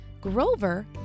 Grover